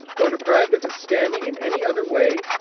or deprived of his standing in any other way,